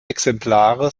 exemplare